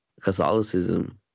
Catholicism